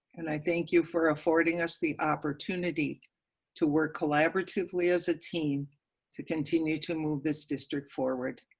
and i thank you for affording us the opportunity to work collaboratively as a team to continue to move this district forward.